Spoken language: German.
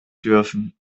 dürfen